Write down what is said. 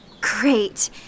Great